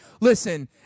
Listen